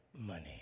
money